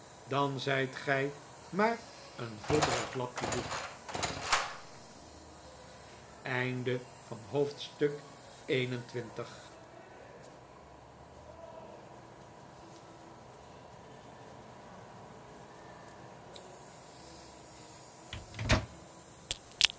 dan zijt gij maar een vodderig lapje doek